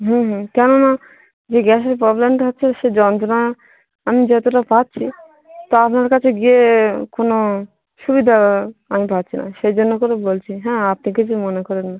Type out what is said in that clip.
হুম হুম কেননা যে গ্যাসের প্রবলেমটা হচ্ছিল সেই যন্ত্রনা আমি যতটা পাচ্ছি তা আপনার কাছে গিয়ে কোনো সুবিধা আমি পাচ্ছি না সেই জন্য করে বলছি হ্যাঁ আপনি কিছু মনে করেন না